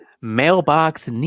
mailbox